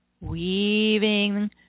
Weaving